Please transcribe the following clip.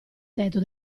tetto